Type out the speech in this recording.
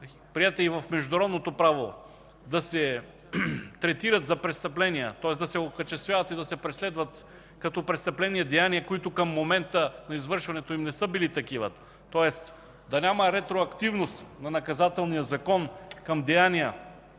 приета и в международното право, да се окачествяват и да се преследват като престъпления и деяния, които към момента на извършването им на са били такива, тоест да няма ретроактивност на наказателния закон към деяния,